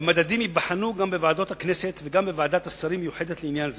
והמדדים ייבחנו גם בוועדות הכנסת וגם בוועדת שרים מיוחדת לעניין זה.